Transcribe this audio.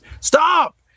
Stop